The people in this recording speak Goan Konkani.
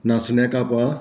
नासण्या कापां